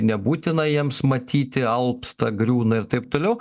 nebūtina jiems matyti alpsta griūna ir taip toliau